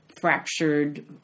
fractured